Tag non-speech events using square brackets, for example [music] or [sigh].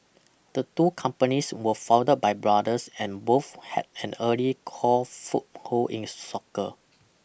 the two companies were founded by brothers and both had an early core foothold in [hesitation] soccer